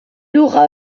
aura